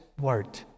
word